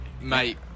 Mate